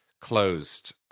closed